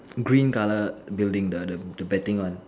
green color building the the betting one